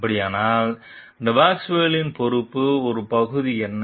அப்படியானால் டெபாஸ்குவேலின் பொறுப்பின் ஒரு பகுதி என்ன